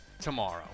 tomorrow